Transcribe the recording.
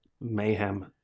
mayhem